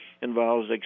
involves